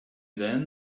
then